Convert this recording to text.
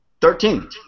Thirteen